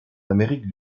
amérique